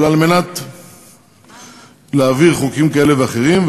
אבל כדי להעביר חוקים כאלה ואחרים,